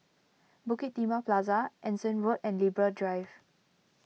Bukit Timah Plaza Anson Road and Libra Drive